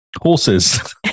Horses